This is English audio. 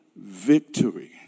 victory